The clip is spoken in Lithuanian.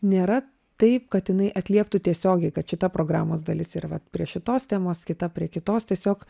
nėra taip kad jinai atlieptų tiesiogiai kad šita programos dalis yra vat prie šitos temos kita prie kitos tiesiog